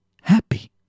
happy